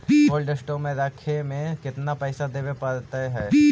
Cold store में रखे में केतना पैसा देवे पड़तै है?